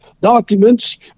documents